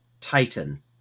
titan